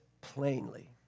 plainly